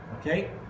okay